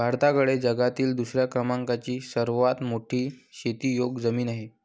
भारताकडे जगातील दुसऱ्या क्रमांकाची सर्वात मोठी शेतीयोग्य जमीन आहे